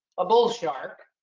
a bull shark,